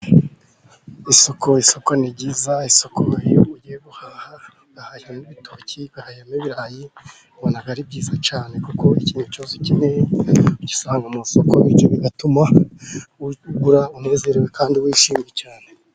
Isoko isoko ni ryiza, isoko iyo ugiye guhaha n'ibitoki ugahahamo ibirayi ubona ari byiza cyane kuko ikintu cyose ukeneye ugisanga mu isoko , bityo bigatuma ugura unezerewe kandi wishimye cyane.